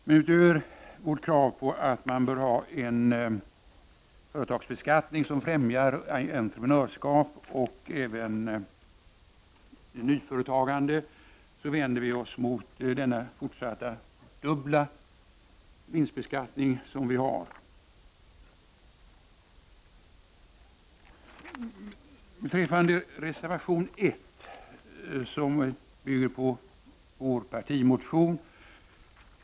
Vid sidan av vårt krav på att det behövs en företagsbeskattning som främjar entreprenörskap och även nyföretagande vänder vi oss mot den fortsatta dubbla vinstbeskattningen. Reservation 1 bygger på vår partimotion.